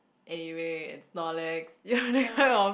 anyway it's Snorlax ya that kind of